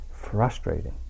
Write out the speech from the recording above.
frustrating